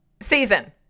season